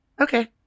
Okay